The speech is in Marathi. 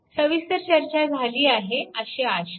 सविस्तर चर्चा झाली आहे अशी आशा आहे